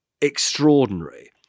extraordinary